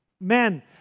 Men